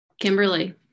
Kimberly